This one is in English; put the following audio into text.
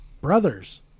brothers